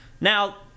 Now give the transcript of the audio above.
now